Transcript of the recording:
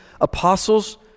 apostles